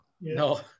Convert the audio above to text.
No